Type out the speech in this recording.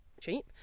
cheap